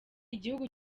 igihugu